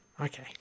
okay